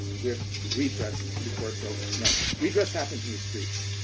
with redress before it's over. no. redress happens in the streets.